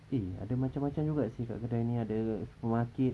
eh ada macam-macam juga seh kat kedai ni ada supermarket